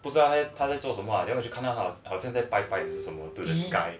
不在道他在那边做什么 then 我就看到好像在拜拜还是什么